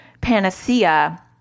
panacea